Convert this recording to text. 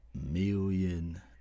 million